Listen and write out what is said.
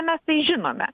mes tai žinome